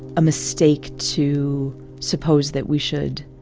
a mistake to suppose that we should